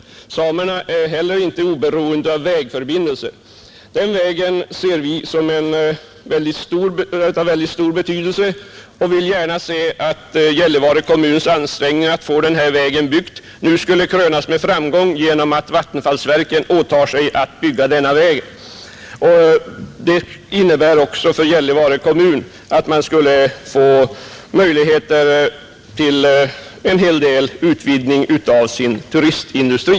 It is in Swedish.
Inte heller samerna är oberoende av vägförbindelser. Vi betraktar den vägen som mycket betydelsefull och ser gärna att Gällivare kommuns ansträngningar att få den nu skulle krönas med framgång genom att vattenfallsverket åtar sig att bygga den. Det innebär också att Gällivare kommun skulle få en hel del möjligheter till utvidgning av sin turistindustri.